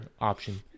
option